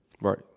Right